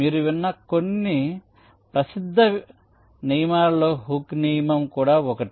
మీరు విన్న కొన్ని ప్రసిద్ధ నియమాలలో హుక్ నియమం కూడా ఒకటి